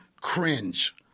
cringe